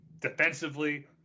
defensively